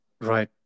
right